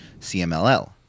CMLL